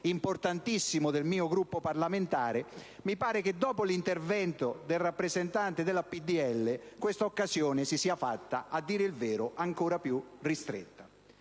importantissimo del mio Gruppo parlamentare), mi sembra che, dopo l'intervento del rappresentante del PdL, questa possibilità si sia fatta, a dire il vero, ancora più ristretta.